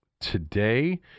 Today